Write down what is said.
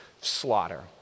slaughter